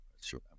sure